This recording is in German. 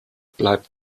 bleibt